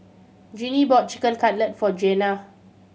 Gene bought Chicken Cutlet for Jeanna